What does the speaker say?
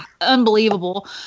unbelievable